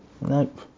Nope